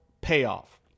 payoff